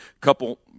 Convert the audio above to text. couple